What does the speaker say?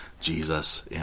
Jesus